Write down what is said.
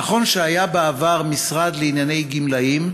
נכון שהיה בעבר משרד לענייני גמלאים,